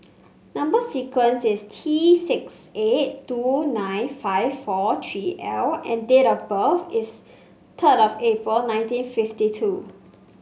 number sequence is T six eight two nine five four three L and date of birth is third of April nineteen fifty two